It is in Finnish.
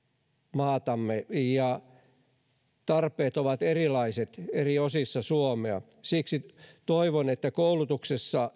maatamme ja tarpeet ovat erilaiset eri osissa suomea siksi toivon että koulutuksessa